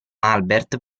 albert